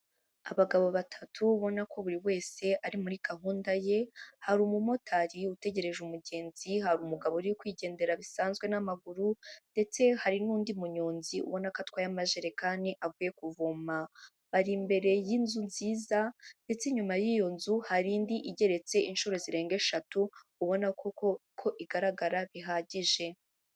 Abagabo batatu ubona ko buri wese ari muri gahunda ye, hari umumotari utegereje umugenzi, hari umugabo uri kwigendera bisanzwe n'amaguru, ndetse hari n'undi munyonzi ubona ko atwaye amajerekani avuye kuvoma. Bari imbere y'inzu nziza ndetse inyuma y'iyo nzu hari indi igeretse inshuro zirenga eshatu ubona koko ko igaragara bihagije.